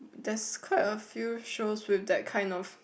there's quite a few shows with that kind of